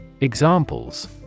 Examples